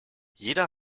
jeder